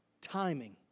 Timing